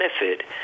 benefit